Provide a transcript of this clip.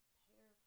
pair